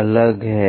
अलग हैं